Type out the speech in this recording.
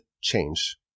change